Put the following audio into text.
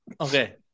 Okay